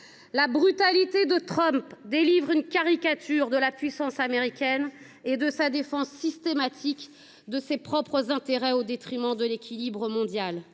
La brutalité de Trump est une caricature de la puissance américaine et de la défense systématique de ses propres intérêts aux dépens de l’équilibre mondial.